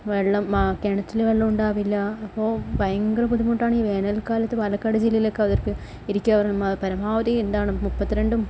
വെള്ളം കിണറ്റില് വെള്ളമുണ്ടാവില്ല അപ്പോൾ ഭയങ്കര ബുദ്ധിമുട്ടാണ് ഈ വേനൽകാലത്ത് പാലക്കാട് ജില്ലയിലൊക്കെ ഇരിക്കാൻ പരമാവധി എന്താണ് മുപ്പത്തി രണ്ടും